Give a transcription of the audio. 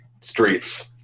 streets